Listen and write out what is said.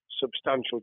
substantial